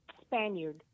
spaniard